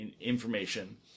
information